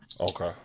Okay